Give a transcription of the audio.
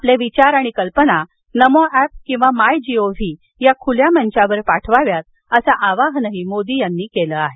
आपले विचार आणि कल्पना नमो एप किंवा माय जी ओ व्ही या खुल्या मंचावर पाठवाव्यात असं आवाहनही मोदी यांनी केलं आहे